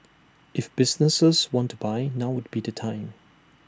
if businesses want to buy now would be the time